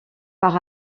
par